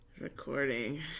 recording